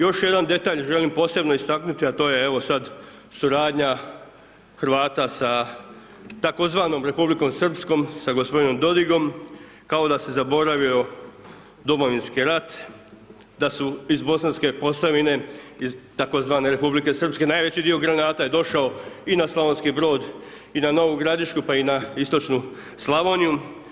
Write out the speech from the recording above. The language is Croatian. Još jedan detalj želim posebno istaknuti, a to je, evo sad suradnja Hrvata sa tzv. Republikom Srpskom, sa gospodinom Dodigom, kao da se zaboravio Domovinski rat, da su iz Bosanske Posavine iz takozvane Republike Srpske najveći dio granata je došao i na Slavonski Brod i na Novu Gradišku, pa i na Istočnu Slavoniju.